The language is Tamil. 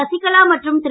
சசிகலா மற்றும் திரு